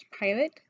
pilot